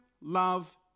love